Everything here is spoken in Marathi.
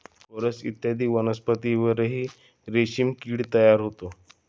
कोरल इत्यादी वनस्पतींवरही रेशीम किडा तयार होतो